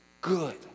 good